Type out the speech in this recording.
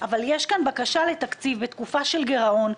אבל יש כאן בקשה לתקציב בתקופה של גירעון,